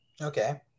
Okay